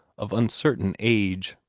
of uncertain age.